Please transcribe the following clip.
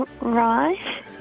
Right